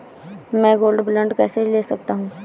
मैं gold bond कैसे ले सकता हूँ?